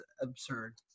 absurd